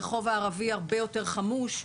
הרחוב הערבי הרבה יותר חמוש.